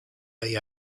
agli